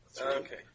Okay